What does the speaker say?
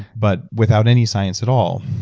but without any science at all,